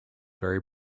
very